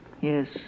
Yes